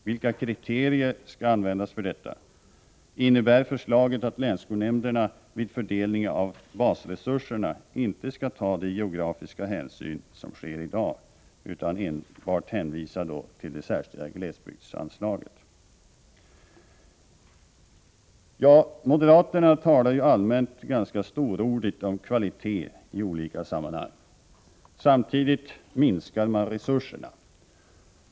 Vilka kriterier skall användas för detta? Innebär förslaget att länsskolnämnderna vid fördelningen av basresurserna inte skall ta geografiska hänsyn på det sätt som sker i dag utan enbart hänvisa till det särskilda glesbygdsanslaget? Moderaterna talar ju allmänt ganska storordigt om kvalitet i olika sammanhang. Samtidigt vill de minska resurserna.